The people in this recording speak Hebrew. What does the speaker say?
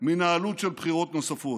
מן העלות של בחירות נוספות.